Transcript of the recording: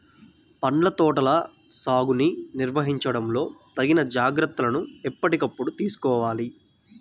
పండ్ల తోటల సాగుని నిర్వహించడంలో తగిన జాగ్రత్తలను ఎప్పటికప్పుడు తీసుకోవాలి